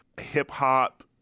hip-hop